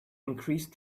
increased